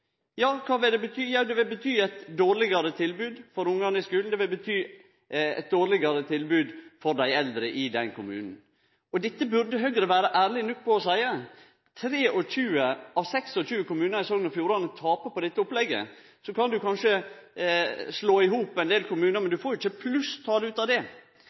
Ja, kva vil det bety? Det vil bety eit dårlegare tilbod for ungane i skulen og for dei eldre i den kommunen. Dette burde Høgre vere ærlege nok til å seie. 23 av 26 kommunar i Sogn og Fjordane taper på dette opplegget. Du kan kanskje slå i hop ein del kommunar, men du får ikkje plusstal ut av det.